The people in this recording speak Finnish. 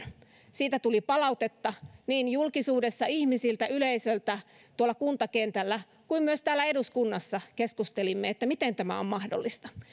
siitä tuli palautetta julkisuudessa ja ihmisiltä yleisöltä tuolla kuntakentällä ja myös täällä eduskunnassa keskustelimme siitä miten tämä on mahdollista